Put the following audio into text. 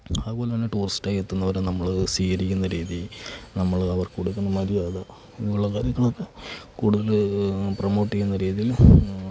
അതുപോലെ തന്നെ ടൂറിസ്റ്റായി എത്തുന്നവരെ നമ്മൾ സ്വീകരിക്കുന്ന രീതി നമ്മൾ അവർക്ക് കൊടുക്കുന്ന മര്യാദ എന്നുള്ള കാര്യങ്ങളൊക്കെ കൂടുതൽ പ്രൊമോട്ട് ചെയ്യുന്ന രീതിയിൽ